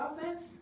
offense